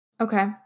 okay